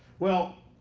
well,